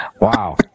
Wow